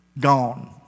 gone